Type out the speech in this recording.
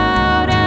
out